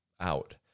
out